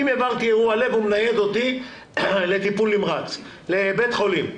אם עברתי אירוע לב הוא מנייד אותי לבית חולים.